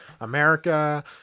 America